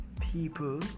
people